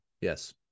yes